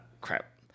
Crap